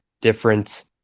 different